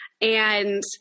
And-